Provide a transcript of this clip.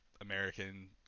American